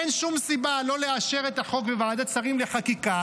אין שום סיבה לא לאשר את החוק בוועדת שרים לחקיקה,